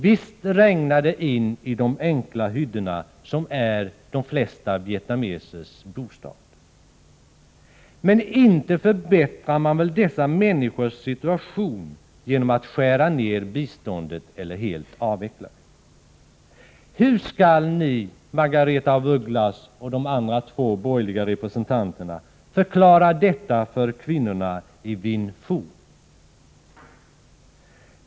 Visst regnar det in i de enkla hyddor som är de flesta vietnamesers bostad. Men inte förbättrar man väl dessa människors situation genom att skära ned biståndet eller helt avveckla det? Hur skall ni, Margaretha af Ugglas och de andra två borgerliga representanterna, förklara detta för kvinnorna i Vin Phu?